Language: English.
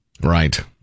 Right